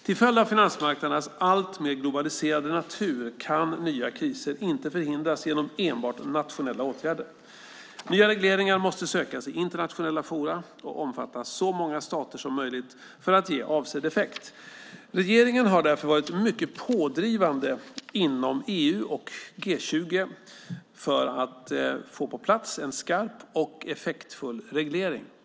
Till följd av finansmarknadernas alltmer globaliserade natur kan nya kriser inte förhindras genom enbart nationella åtgärder. Nya regleringar måste sökas i internationella forum och omfatta så många stater som möjligt för att ge avsedd effekt. Regeringen har därför varit mycket pådrivande inom EU och G20 för att få en skarp och effektfull reglering på plats.